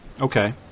Okay